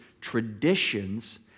traditions